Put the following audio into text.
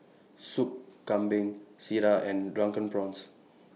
Soup Kambing Sireh and Drunken Prawns